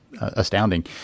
astounding